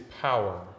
power